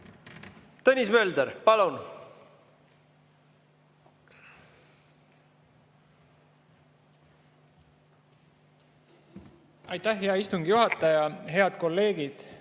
Tõnis Mölder, palun! Aitäh, hea istungi juhataja! Head kolleegid!